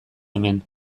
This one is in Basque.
hemen